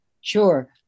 Sure